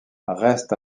restent